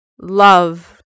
love